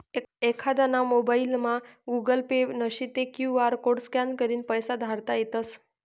एखांदाना मोबाइलमा Google pay नशी ते क्यु आर कोड स्कॅन करीन पैसा धाडता येतस